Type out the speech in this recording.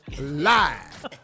live